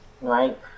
right